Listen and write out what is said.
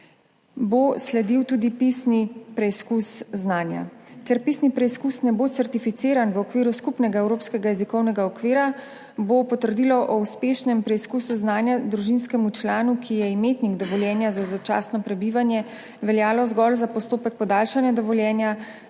pristojnega za izobraževanje. Ker pisni preizkus ne bo certificiran v okviru skupnega evropskega jezikovnega okvira, bo potrdilo o uspešnem preizkusu znanja družinskemu članu, ki je imetnik dovoljenja za začasno prebivanje, veljalo zgolj za postopek podaljšanja dovoljenja